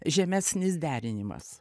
žemesnis derinimas